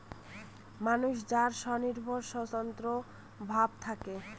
মানুষ যার নিজস্ব স্বতন্ত্র ভাব থাকে